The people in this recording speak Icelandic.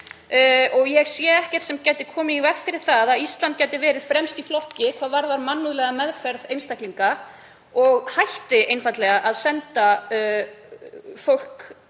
Ég sé ekkert sem gæti komið í veg fyrir það að Ísland gæti verið fremst í flokki hvað varðar mannúðlega meðferð á fólki og hætti einfaldlega að senda fólk